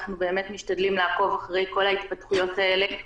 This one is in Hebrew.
אנחנו באמת משתדלים לעקוב אחרי כל ההתפתחויות האלה.